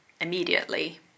immediately